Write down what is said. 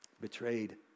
Betrayed